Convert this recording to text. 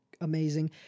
amazing